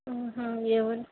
ఏమో